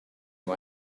you